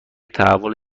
تحول